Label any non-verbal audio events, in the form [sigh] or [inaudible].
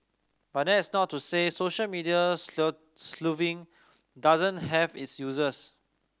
but that's not to say social medias [unintelligible] sleuthing doesn't have its uses